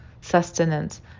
sustenance